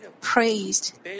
praised